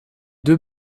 deux